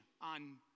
on